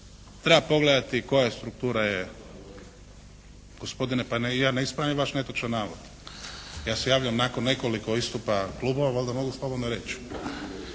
je …… /Upadica se ne razumije./ … Gospodine pa ja ne ispravljam vaš netočan navod. Ja se javljam nakon nekoliko istupa klubova. Valjda mogu slobodno reći.